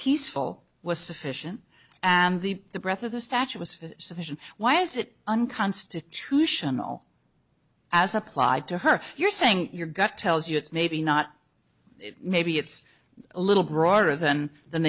peaceful was sufficient and the breath of the statute was sufficient why is it unconstitutional as applied to her you're saying that your gut tells you it's maybe not it maybe it's a little broader than